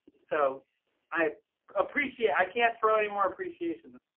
so i appreciate i can't throw any more appreciation